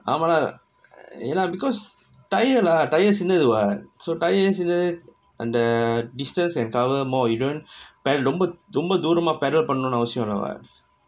ஆமா ஏனா:aamaa yaenaa because tyre lah tyre சின்னது:chinnathu what so tyre அந்த:antha distance and cover more you don't ரொம்ப ரொம்ப தூரமா:romba romba thooramaa pedal பண்ணனுனு அவசியம் இல்ல:pannanunu avasiyam illa